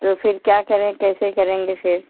तो फिर क्या करें कैसे करेंगे सर